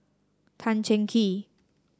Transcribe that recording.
Tan Cheng Kee